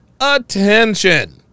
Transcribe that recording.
attention